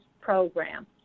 program